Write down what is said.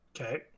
Okay